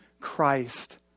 Christ